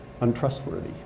untrustworthy